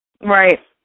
Right